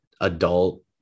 adult